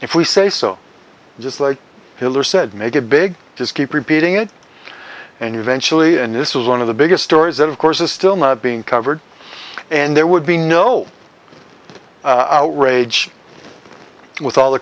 if we say so just like hitler said make it big just keep repeating it and eventually and this is one of the biggest stories that of course is still not being covered and there would be no rage with all the